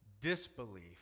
disbelief